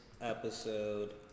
episode